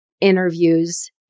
interviews